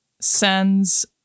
sends